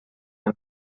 amb